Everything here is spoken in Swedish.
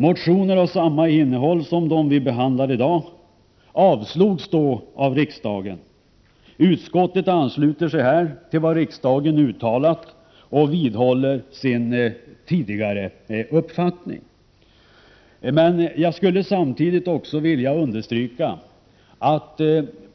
Motioner av samma innehåll som de vi behandlar i dag avslogs då av riksdagen. Utskottet ansluter sig här till vad riksdagen uttalat och vidhåller sin tidigare uppfattning. Jag skulle samtidigt vilja understryka att